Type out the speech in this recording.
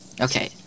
Okay